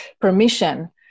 permission